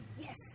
Yes